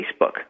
Facebook